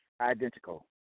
identical